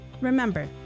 Remember